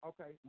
Okay